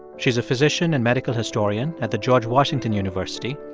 she's a physician and medical historian at the george washington university.